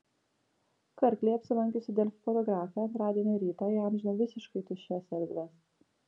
karklėje apsilankiusi delfi fotografė antradienio rytą įamžino visiškai tuščias erdves